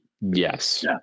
yes